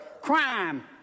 crime